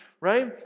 right